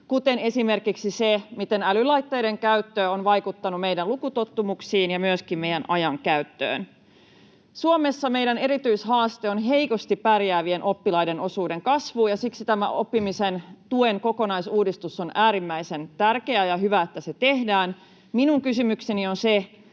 kuten esimerkiksi se, miten älylaitteiden käyttö on vaikuttanut meidän lukutottumuksiin ja myöskin meidän ajankäyttöön. Suomessa meidän erityishaaste on heikosti pärjäävien oppilaiden osuuden kasvu, ja siksi tämä oppimisen tuen kokonaisuudistus on äärimmäisen tärkeä, ja on hyvä, että se tehdään. Minun kysymykseni on se,